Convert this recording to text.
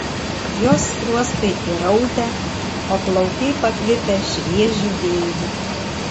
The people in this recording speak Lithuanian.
jos skruostai įraudę o plaukai pakvipę šviežiu vėju